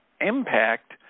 impact